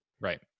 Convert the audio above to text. Right